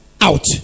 out